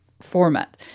format